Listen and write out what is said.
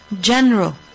general